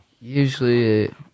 Usually